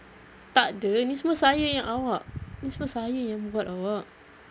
takde ni semua saya ya~ awak ni semua saya yang buat awak